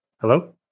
Hello